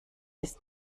ist